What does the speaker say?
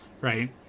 right